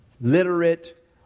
literate